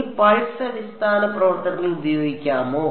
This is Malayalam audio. എനിക്ക് പൾസ് അടിസ്ഥാന പ്രവർത്തനങ്ങൾ ഉപയോഗിക്കാമോ